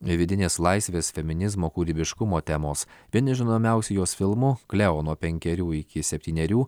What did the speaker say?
vidinės laisvės feminizmo kūrybiškumo temos vieni žinomiausių jos filmų kleo nuo penkerių iki septynerių